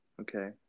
Okay